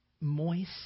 moist